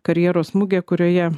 karjeros mugė kurioje